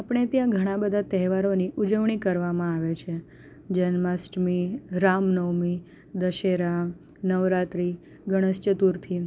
આપણે ત્યાં ઘણા બધા તહેવારોની ઉજવણી કરવામાં આવે છે જન્માષ્ટમી રામનવમી દશેરા નવરાત્રિ ગણેશ ચતુર્થી